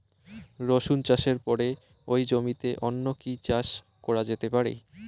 রসুন চাষের পরে ওই জমিতে অন্য কি চাষ করা যেতে পারে?